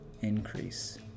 increase